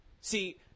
See